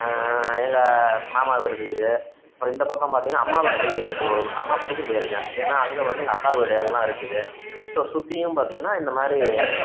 எங்கள் மாமா வீடு இருக்குது அப்புறம் இந்த பக்கம் பார்த்தீங்கன்னா அம்மாபேட்டைக்கு போ அம்மாபேட்டைக்கும் போயிருக்கேன் ஏன்னால் அங்கே வந்து எங்கள் அக்கா வீடு எல்லாம் இருக்குது ஸோ சுற்றியும் பார்த்தீங்கன்னா இந்தமாதிரி